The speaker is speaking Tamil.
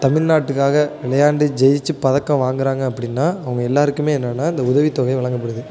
தமிழ்நாட்டுக்காக விளையாண்டு ஜெயித்து பதக்கம் வாங்குகிறாங்க அப்படின்னா அவங்க எல்லாருக்கும் என்னென்னா அந்த உதவிதொகை வழங்கப்படுது